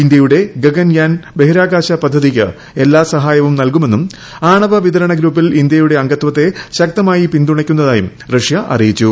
ഇന്ത്യയുടെ ഗഗൻയാൻ ബഹിരാകാശ പദ്ധതിയ്ക്ക് എല്ലാ സഹായവും നൽകുമെന്നും ആണവ വിതരണ ഗ്രൂപ്പിൽ ഇന്ത്യയുടെ അംഗത്വത്തെ ശക്തമായി പിന്തുണയ്ക്കുന്നതായും റഷ്യഅറിയിച്ചു